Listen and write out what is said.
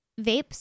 vapes